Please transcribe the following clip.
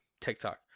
TikTok